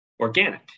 organic